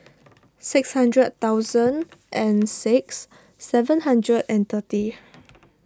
six hundred thousand and six seven hundred and thirty